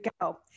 go